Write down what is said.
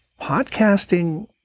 podcasting